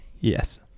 Yes